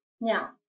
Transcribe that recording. Now